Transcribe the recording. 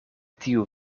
tiu